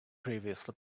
previously